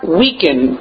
weaken